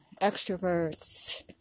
extroverts